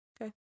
Okay